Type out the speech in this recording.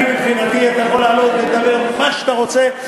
אתה יכול לעלות ולדבר מה שאתה רוצה.